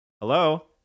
hello